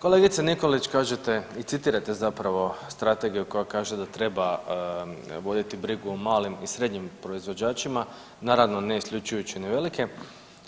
Kolegice Nikolić, kažete i citirate zapravo Strategiju koja kaže da treba voditi brigu o malim i srednjim proizvođačima, naravno, ne isključujući ni velike,